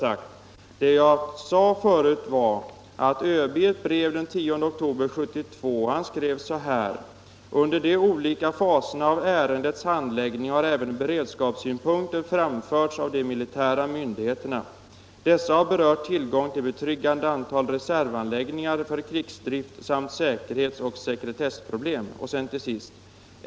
Vad jag sade förut var att överbefälhavaren i ett brev den 10 oktober 1972 skrev: ”Under de olika faserna av ärendets handläggning har även beredskapssynpunkter framförts av de militära myndigheterna. Dessa har berört betryggande tillgång till reservanläggningar för krigsdrift samt säkerhetsoch sekretessproblem.